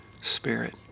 spirit